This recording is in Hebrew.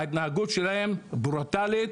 ההתנהגות שלהם ברוטאלית,